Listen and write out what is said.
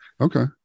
Okay